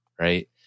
Right